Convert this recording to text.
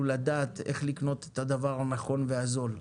לדעת איך לקנות את הדבר הנכון והזול,